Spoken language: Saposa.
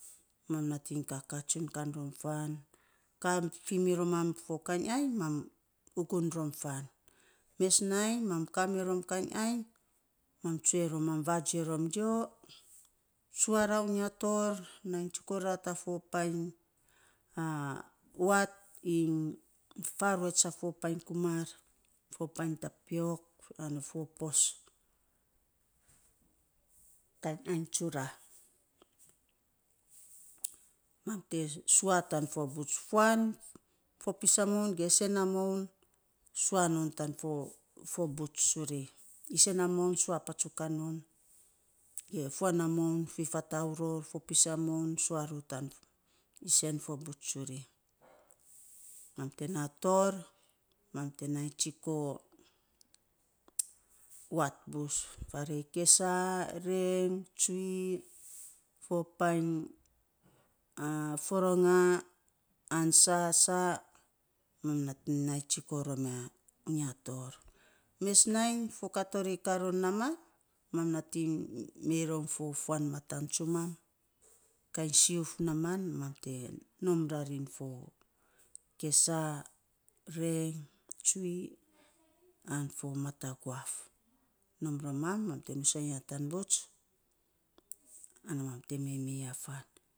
Mam nating kakaa tsun kan faan, ka fi romam kainy ainy mam ugun rom faan mes nainy mam kamirou kainy ainy, mam tsue rom mam vagio rom, yo, sua ra unya tor, nainy tsiko ra te fo painy wat iny faruets a painy kumar, fo painy tapiok ana fo pos kainy ainy tsura. Mam te sua tan fo buts fuan, fopis a moun ge sen a moun sua non tan fo fo buts tsuri. Isen a moun sua patsukan nom, ge fuan a moun fifatau ror fopis a moun sua ror tan isen fo buts tsuri. mam te naa tor, mam te nai tsiko wat bus farei kesa, reng, tsui fo painy foronga an sa sa, mam nating nai tsiko rom ya unya tor. Mes nainy fo ka tori kaa ror namaan, mam nating mei rom fo fuan mataan tsumam kainy siuf namaan, mam te nom rarin fo kesaa, reng tsui an fo matuguaf, nom rom mam, mam te nusaing ya tan buts ana mam te mei miya faan.